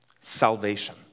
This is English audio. salvation